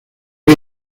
que